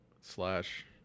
slash